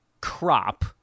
crop